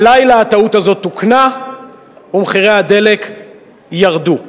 הלילה הטעות הזאת תוקנה ומחירי הדלק ירדו.